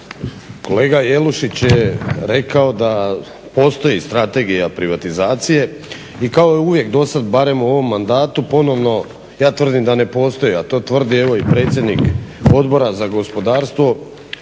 Kolega Jelušić je rekao da postoji Strategija privatizacije i kao uvijek dosad barem u ovom mandatu ponovno, ja tvrdim da ne postoji, a to tvrdi evo i predsjednik Odbora za gospodarstvo